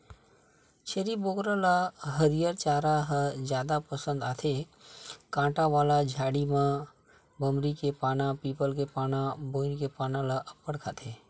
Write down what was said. छेरी बोकरा ल हरियर चारा ह जादा पसंद आथे, कांटा वाला झाड़ी म बमरी के पाना, पीपल के पाना, बोइर के पाना ल अब्बड़ खाथे